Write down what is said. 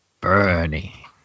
Bernie